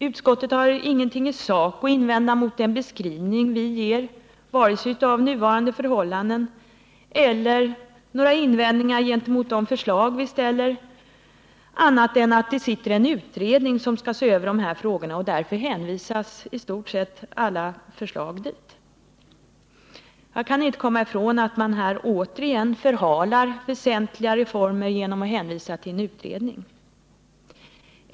Utskottet har ingenting i sak att invända mot den beskrivning vi ger av nuvarande förhållanden eller mot de förslag vi ställer, annat än att det sitter en utredning som skall se över de här frågorna, och därför hänvisas i stort sett alla förslag dit. Jag kan inte komma ifrån att man här återigen förhalar väsentliga reformer genom att hänvisa till en utredning.